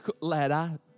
ladder